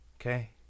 okay